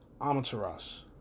Amateras